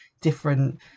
different